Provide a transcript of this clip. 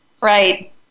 Right